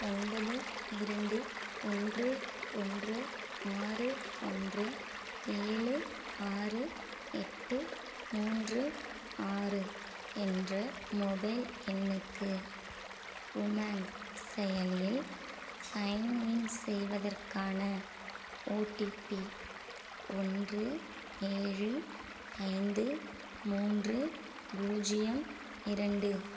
ஒன்பது இரண்டு ஒன்று ஒன்று ஆறு ஒன்று ஏழு ஆறு எட்டு மூன்று ஆறு என்ற மொபைல் எண்ணுக்கு உமாங் செயலியில் சைன்இன் செய்வதற்கான ஓடிபி ஒன்று ஏழு ஐந்து மூன்று பூஜ்ஜியம் இரண்டு